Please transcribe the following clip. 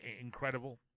incredible